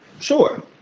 sure